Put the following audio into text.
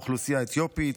גם בפני האוכלוסייה האתיופית,